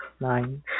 Nine